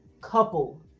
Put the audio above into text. couple